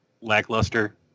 lackluster